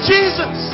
Jesus